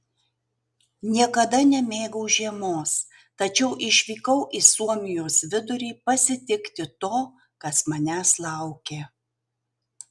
niekada nemėgau žiemos tačiau išvykau į suomijos vidurį pasitikti to kas manęs laukė